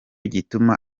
gituma